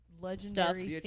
Legendary